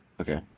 Okay